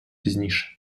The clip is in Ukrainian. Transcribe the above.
пізніше